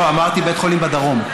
לא, אמרתי בית חולים בדרום.